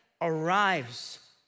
arrives